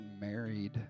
married